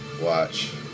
Watch